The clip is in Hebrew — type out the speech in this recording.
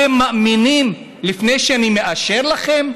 אתם מאמינים לפני שאני מאשר לכם?